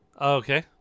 Okay